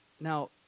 Now